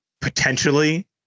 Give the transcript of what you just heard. potentially